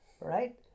right